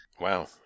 Wow